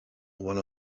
one